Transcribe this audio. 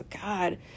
god